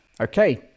Okay